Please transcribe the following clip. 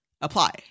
apply